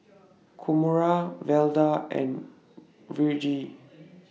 Kamora Velda and Virge